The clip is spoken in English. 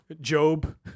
Job